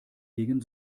gegen